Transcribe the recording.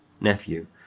nephew